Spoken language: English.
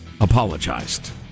apologized